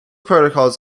protocols